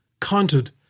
counted